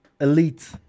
elite